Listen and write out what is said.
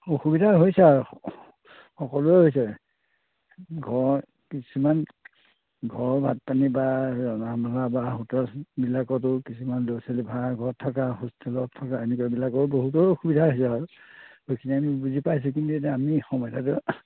অসুবিধা হৈছে আৰু সকলোৰে হৈছে ঘৰৰ কিছুমান ঘৰৰ ভাত পানী বা ৰন্ধা বঢ়া হোটেলবিলাকতো কিছুমান ল'ৰা ছোৱালী ভাড়া ঘৰত থকা হোষ্টেলত থকা এনেকুৱাবিলাকৰো বহুতৰে অসুবিধা হৈছে বাৰু সেইখিনি আমি বুজি পাইছোঁ কিন্তু এতিয়া আমি সমস্যাটো